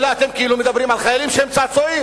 אלא אתם כאילו מדברים על חיילים שהם צעצועים.